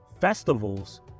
festivals